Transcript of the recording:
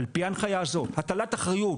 על-פי ההנחיה הזאת הטלת אחריות